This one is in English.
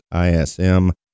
ISM